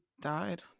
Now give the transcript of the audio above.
died